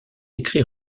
écrit